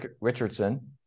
Richardson